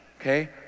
okay